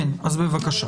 קודם